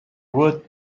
word